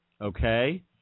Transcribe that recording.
okay